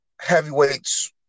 heavyweights